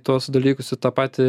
tuos dalykus į tą patį